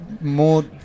more